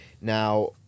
Now